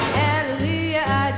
hallelujah